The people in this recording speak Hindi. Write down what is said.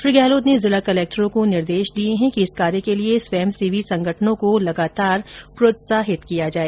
श्री गहलोत ने जिला कलेक्टरों को निर्देश दिए है कि इस कार्य के लिए स्वयंसेवी संगठनों को निरन्तर प्रोत्साहित किया जाए